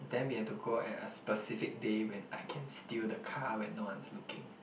then we have to go at a specific day when I can steal the car when no one is looking